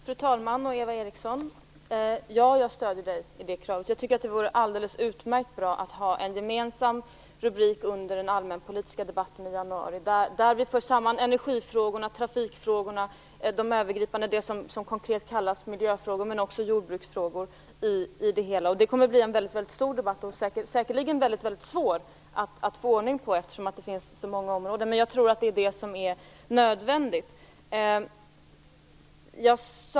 Fru talman! Jag stöder Eva Eriksson i hennes krav. Det vore alldeles utmärkt bra att ha en gemensam rubrik under den allmänpolitiska debatten i januari, där energifrågorna, trafikfrågorna, jordbruksfrågorna och de konkreta, övergripande frågor som kallas miljöfrågor förs samman. Det skulle bli en väldigt stor debatt och säkerligen svårt att få ordning på den, eftersom det är så många områden, men jag tror att det är nödvändigt.